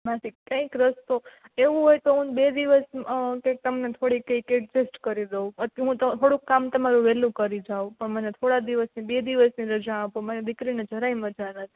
માસી કંઈક રસ્તો એવું હોય તો હું બે દિવસ કંઇક તમને થોળીક કંઇક એડઝસ્ટ કરી દઉં અત્યારે હું તમારું થોડુંક કામ તમારું વહેલું કરી જાઉ મને થોડા દિવસની બે દિવસની રજા આપો મારી દીકરીને જરાય મજા નથી